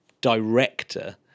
director